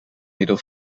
middel